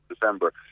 December